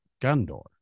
Gundor